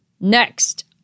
Next